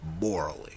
morally